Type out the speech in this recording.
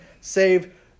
save